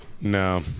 No